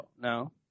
no